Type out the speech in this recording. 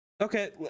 Okay